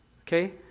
Okay